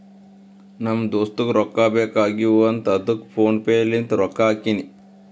ನಮ್ ದೋಸ್ತುಗ್ ರೊಕ್ಕಾ ಬೇಕ್ ಆಗೀವ್ ಅಂತ್ ಅದ್ದುಕ್ ಫೋನ್ ಪೇ ಲಿಂತ್ ರೊಕ್ಕಾ ಹಾಕಿನಿ